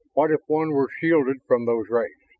what if one were shielded from those rays?